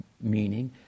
meaning